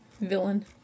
villain